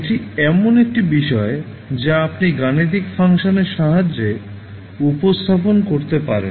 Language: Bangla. এটি এমন একটি বিষয় যা আপনি গাণিতিক ফাংশনের সাহায্যে উপস্থাপন করতে পারেন